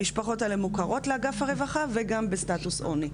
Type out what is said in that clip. המשפחות האלה מוכרות לאגף הרווחה וגם בסטטוס עוני.